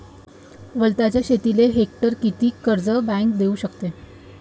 वलताच्या शेतीले हेक्टरी किती कर्ज बँक देऊ शकते?